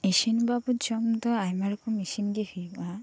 ᱤᱥᱤᱱ ᱵᱟᱵᱚᱛ ᱡᱚᱢ ᱫᱚ ᱟᱭᱢᱟ ᱨᱚᱠᱚᱢ ᱜᱮ ᱦᱩᱭᱩᱜᱼᱟ